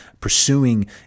pursuing